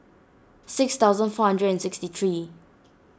six thousand four hundred and sixty three